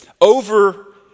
over